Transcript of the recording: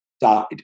died